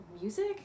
music